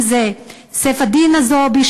אם זה סיף א-דין א-זועבי,